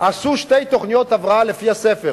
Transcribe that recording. עשו שתי תוכניות הבראה לפי הספר,